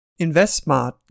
InvestSmart